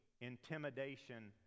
intimidation